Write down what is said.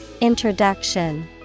Introduction